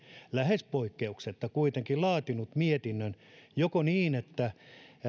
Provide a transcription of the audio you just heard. lähes poikkeuksetta kuitenkin laatinut mietinnön joko niin että